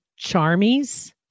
Charmies